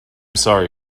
sorry